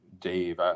Dave